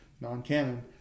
non-canon